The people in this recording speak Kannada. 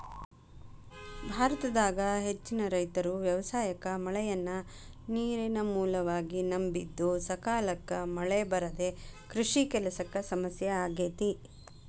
ಭಾರತದಾಗ ಹೆಚ್ಚಿನ ರೈತರು ವ್ಯವಸಾಯಕ್ಕ ಮಳೆಯನ್ನ ನೇರಿನ ಮೂಲವಾಗಿ ನಂಬಿದ್ದುಸಕಾಲಕ್ಕ ಮಳೆ ಬರದೇ ಕೃಷಿ ಕೆಲಸಕ್ಕ ಸಮಸ್ಯೆ ಆಗೇತಿ